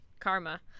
karma